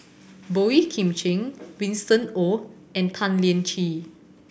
Boey Kim Cheng Winston Oh and Tan Lian Chye